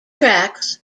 tracks